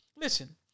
listen